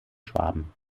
schwaben